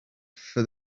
for